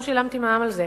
לא שילמתי מע"מ על זה.